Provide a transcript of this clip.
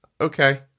Okay